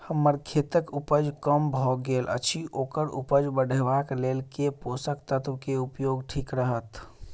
हम्मर खेतक उपज कम भऽ गेल अछि ओकर उपज बढ़ेबाक लेल केँ पोसक तत्व केँ उपयोग ठीक रहत?